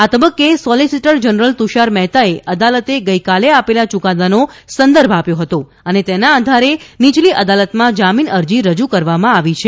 આ તબક્કે solicitor general Tushar મહેતાએ અદાલતે ગઇકાલે આપેલા યૂકાદાનો સંદર્ભ આપ્યો હતો અને તેના આધારે નીચલી અદાલતમાં જામીન અરજી રજૂ કરવામાં આવી છે